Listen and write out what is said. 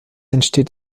entsteht